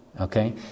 Okay